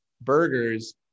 burgers